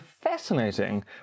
fascinating